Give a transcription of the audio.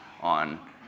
on